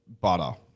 butter